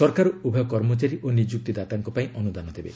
ସରକାର ଉଭୟ କର୍ମଚାରୀ ଓ ନିଯୁକ୍ତିଦାତାଙ୍କ ପାଇଁ ଅନୁଦାନ ଦେବେ